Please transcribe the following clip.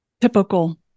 typical